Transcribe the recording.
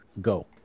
Go